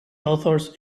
authors